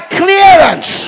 clearance